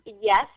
yes